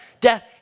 Death